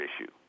issue